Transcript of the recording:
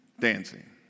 dancing